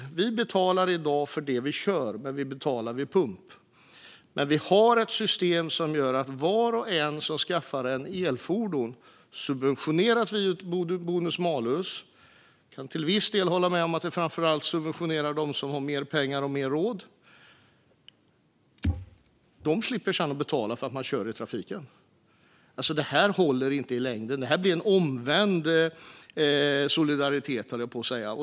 Vi betalar i dag för det vi kör, men vi betalar vid pump. Men vi har ett system som gör att var och en som skaffar ett elfordon subventioneras via bonus malus. Jag kan till viss del hålla med om att det framför allt subventionerar dem som har mer pengar och mer råd. De slipper sedan att betala för att de kör i trafiken. Det håller inte i längden. Det blir en omvänd solidaritet, höll jag på att säga.